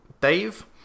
Dave